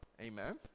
Amen